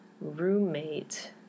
roommate